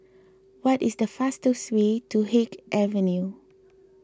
what is the fastest way to Haig Avenue